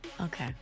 okay